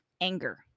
anger